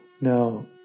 now